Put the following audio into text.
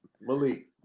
Malik